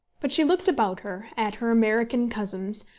but she looked about her, at her american cousins,